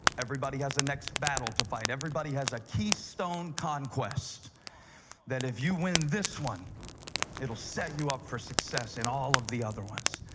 everybody has a next battle to fight. everybody has a keystone conquest that if you win this one it'll set you up for success in all of the other ones.